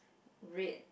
red